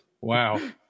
Wow